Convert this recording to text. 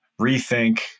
rethink